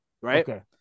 right